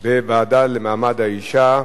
בוועדה למעמד האשה.